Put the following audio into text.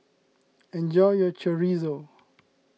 enjoy your Chorizo